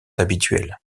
habituelles